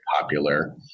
popular